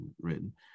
written